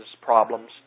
problems